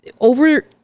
over